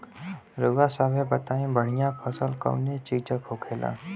रउआ सभे बताई बढ़ियां फसल कवने चीज़क होखेला?